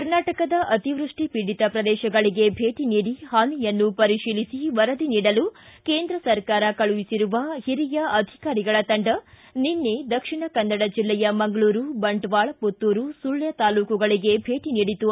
ಕರ್ನಾಟಕದ ಅತಿವೃಷ್ಠಿ ಪೀಡಿತ ಪ್ರದೇಶಗಳಿಗೆ ಭೇಟಿ ನೀಡಿ ಹಾನಿಯ ಪರಿಶೀಲಿಸಿ ವರದಿ ನೀಡಲು ಕೇಂದ್ರ ಸರಕಾರ ಕಳುಹಿಸಿರುವ ಹಿರಿಯ ಅಧಿಕಾರಿಗಳ ತಂಡ ನಿನ್ನೆ ದಕ್ಷಿಣ ಕನ್ನಡ ಜಿಲ್ಲೆಯ ಮಂಗಳೂರು ಬಂಟ್ವಾಳ ಪುತ್ತೂರು ಸುಳ್ಯ ತಾಲೂಕುಗಳಿಗೆ ಭೇಟಿ ನೀಡಿತು